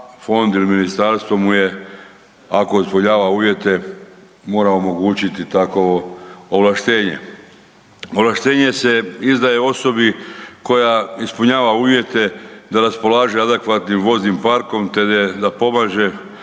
fond ili ministarstvo mu je ako ispunjava uvjete mora omogućiti takvo ovlaštenje. Ovlaštenje se izdaje osobi koja ispunjava uvjete da raspolaže adekvatnim voznim parkom te da pomaže